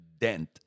dent